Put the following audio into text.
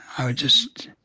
i would just